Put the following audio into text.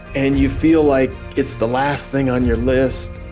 and you feel like it's the last thing on your list,